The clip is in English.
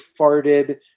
farted